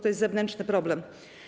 To jest zewnętrzny problem.